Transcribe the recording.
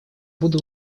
буду